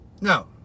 No